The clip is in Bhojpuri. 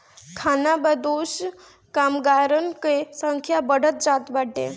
खानाबदोश कामगारन कअ संख्या बढ़त जात बाटे